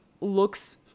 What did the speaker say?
looks